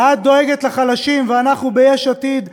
מדברת זו שדואגת לחלשים ואנחנו ביש עתיד העשירים,